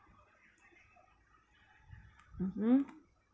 mmhmm